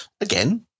Again